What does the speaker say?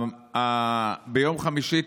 ביום חמישי,